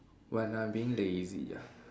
when I being lazy ah